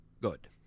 good